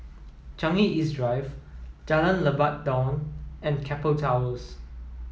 Changi East Drive Jalan Lebat Daun and Keppel Towers